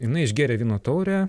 jinai išgėrė vyno taurę